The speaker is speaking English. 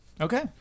Okay